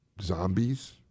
zombies